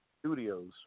Studios